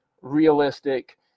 realistic